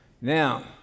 Now